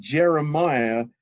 Jeremiah